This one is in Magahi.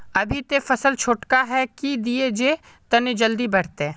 अभी ते फसल छोटका है की दिये जे तने जल्दी बढ़ते?